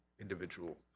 individual